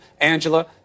Angela